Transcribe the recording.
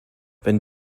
wenn